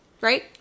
right